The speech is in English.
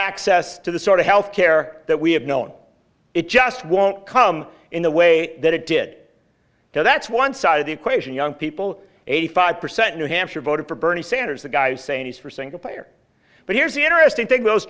access to the sort of health care that we have known it just won't come in the way that it did so that's one side of the equation young people eighty five percent new hampshire voted for bernie sanders the guy who's saying he's for single payer but here's the interesting thing those